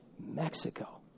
Mexico